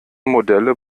modelle